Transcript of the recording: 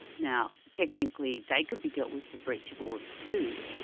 now technically, they could be dealt with the breach of orders too,